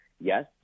yes